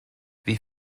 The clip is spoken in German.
wie